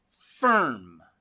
firm